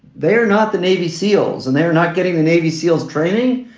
they're not the navy seals and they're not getting the navy seals training,